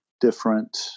different